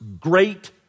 great